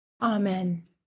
Amen